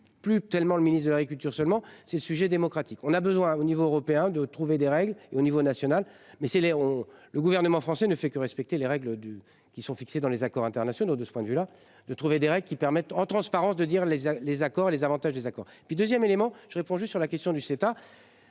plus tellement le ministre de l'Agriculture. Seulement c'est le sujet démocratique. On a besoin au niveau européen de trouver des règles et au niveau national mais c'est Léon. Le gouvernement français ne fait que respecter les règles du qui sont fixés dans les accords internationaux de ce point de vue là, de trouver des règles qui permettent en transparence de dire les les accords les avantages des accords et puis 2ème élément je réponds juste sur la question du CETA.